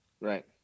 Right